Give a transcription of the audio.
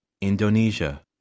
Indonesia